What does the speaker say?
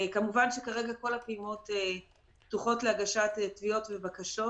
כמובן שכרגע כל הפעימות פתוחות להגשת תביעות ובקשות.